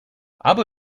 abu